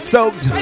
Soaked